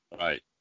Right